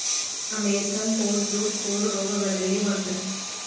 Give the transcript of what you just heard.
American foulbrood ಕೋಡ ರೋಗಗಳಲ್ಲಿ ಒಂದ